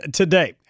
today